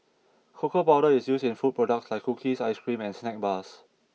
cocoa powder is used in food products like cookies ice cream and snack bars